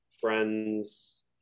Friends